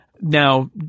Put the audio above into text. Now –